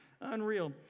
Unreal